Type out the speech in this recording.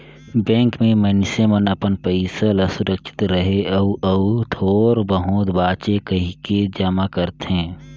bank में मइनसे मन अपन पइसा ल सुरक्छित रहें अउ अउ थोर बहुत बांचे कहिके जमा करथे